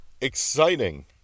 exciting